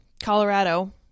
Colorado